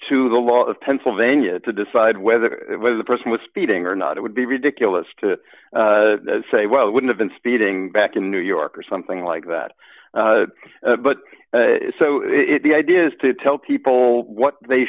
to the law of pennsylvania to decide whether the person was speeding or not it would be ridiculous to say well it would have been speeding back in new york or something like that but so if the idea is to tell people what they